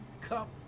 cup